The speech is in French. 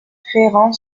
ferrand